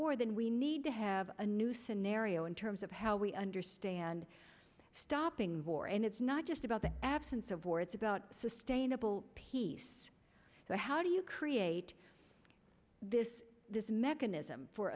war then we need to have a new scenario in terms of how we understand stopping war and it's not just about the absence of war it's about sustainable peace so how do you create this this mechanism for